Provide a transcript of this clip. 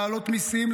להעלות מיסים,